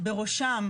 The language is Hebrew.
בראשם,